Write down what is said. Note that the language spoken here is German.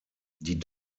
die